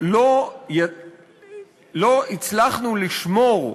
לא הצלחנו לשמור,